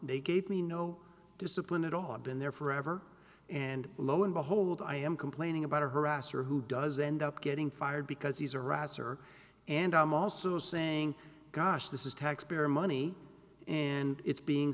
they gave me no discipline at all i've been there forever and lo and behold i am complaining about a harasser who does end up getting fired because he's a roster and i'm also saying gosh this is taxpayer money and it's being